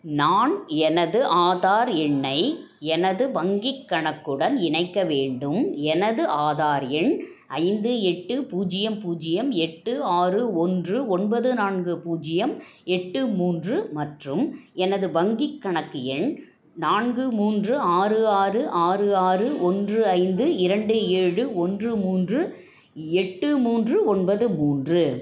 நான் எனது ஆதார் எண்ணை எனது வங்கிக் கணக்குடன் இணைக்க வேண்டும் எனது ஆதார் எண் ஐந்து எட்டு பூஜ்ஜியம் பூஜ்ஜியம் எட்டு ஆறு ஒன்று ஒன்பது நான்கு பூஜ்ஜியம் எட்டு மூன்று மற்றும் எனது வங்கிக் கணக்கு எண் நான்கு மூன்று ஆறு ஆறு ஆறு ஆறு ஒன்று ஐந்து இரண்டு ஏழு ஒன்று மூன்று எட்டு மூன்று ஒன்பது மூன்று